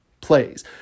plays